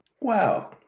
wow